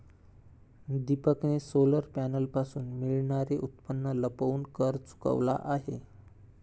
दीपकने सोलर पॅनलपासून मिळणारे उत्पन्न लपवून कर चुकवला आहे